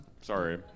Sorry